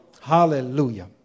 Hallelujah